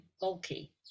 bulky